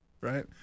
Right